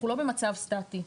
אנחנו לא במצב סטטי.